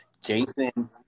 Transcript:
Jason